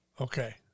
Okay